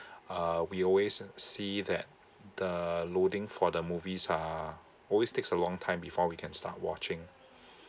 uh we always uh see that the loading for the movies uh always takes a long time before we can start watching